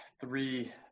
three